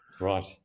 Right